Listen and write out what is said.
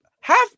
half